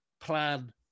plan